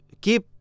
keep